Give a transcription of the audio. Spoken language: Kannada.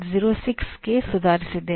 06 ಕ್ಕೆ ಸುಧಾರಿಸಿದೆ